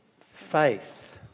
faith